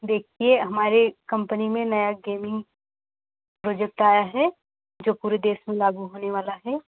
देखिए हमारी कंपनी में नया गेमिंग प्रोजेक्ट आया है जो पूरे देश में लागू होने वाला है